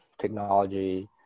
technology